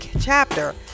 Chapter